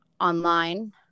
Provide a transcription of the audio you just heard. online